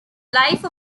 life